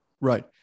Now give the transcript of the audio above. Right